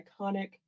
iconic